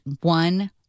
one